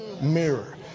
mirror